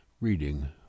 Reading